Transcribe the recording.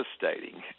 devastating